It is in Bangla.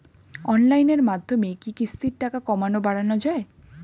অনলাইনের মাধ্যমে কি কিস্তির টাকা কমানো বাড়ানো যায়?